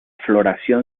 floración